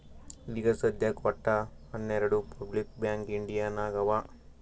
ಈಗ ಸದ್ಯಾಕ್ ವಟ್ಟ ಹನೆರ್ಡು ಪಬ್ಲಿಕ್ ಬ್ಯಾಂಕ್ ಇಂಡಿಯಾ ನಾಗ್ ಅವಾ